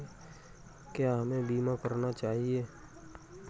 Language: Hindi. क्या हमें बीमा करना चाहिए?